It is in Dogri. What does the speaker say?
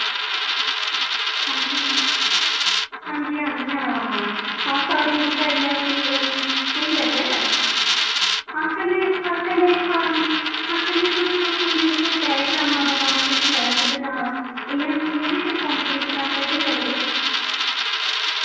हांजी हांजी हांजी हां हां हां हां सारें जेह्का इय्यां स्हेई स्हेई लग्गै हां कन्नै हां कन्नै हां हां कन्नै थोह्ड़ा कोई कोई डायग्रामां बना कोई फ्लैग बना इय्यां इय्यां बी कोई कम्पटीशन अस रक्खी सकदे